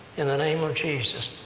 in the name of jesus.